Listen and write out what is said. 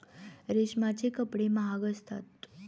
रेशमाचे कपडे महाग असतात